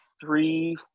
three